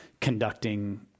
conducting